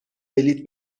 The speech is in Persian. بلیط